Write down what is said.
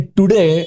today